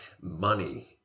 money